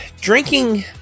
drinking